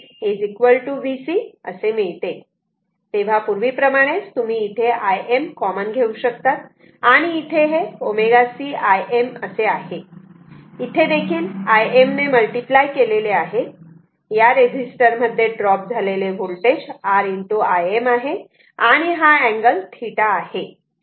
तेव्हा पूर्वीप्रमाणेच तुम्ही इथे Im कॉमन घेऊ शकतात आणि इथे हे ω c Im असे आहे इथे देखील Im ने मल्टिप्लाय केलेले आहे या रेजिस्टर मध्ये ड्रॉप झालेले होल्टेज R Im आहे आणि हा अँगल θ आहे